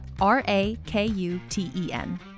R-A-K-U-T-E-N